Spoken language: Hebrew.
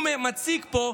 הוא מציג פה,